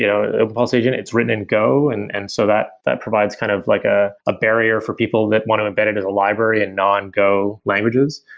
you know the open policy agent, it's written and go. and and so that that provides kind of like ah a barrier for people that want to embed it in a library and non-go languages.